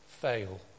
fail